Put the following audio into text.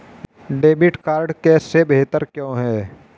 Debit card cash से बेहतर क्यों है?